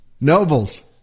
Nobles